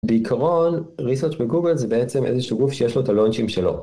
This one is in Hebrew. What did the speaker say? בעיקרון ריסרץ בגוגל זה בעצם איזשהו גוף שיש לו את הלונג'ים שלו